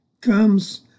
comes